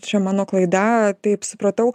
čia mano klaida taip supratau